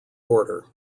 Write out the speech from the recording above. order